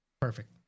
perfect